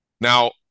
Now